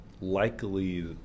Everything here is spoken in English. likely